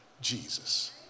Jesus